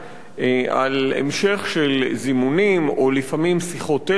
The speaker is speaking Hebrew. על המשך של זימונים או לפעמים שיחות טלפון,